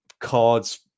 cards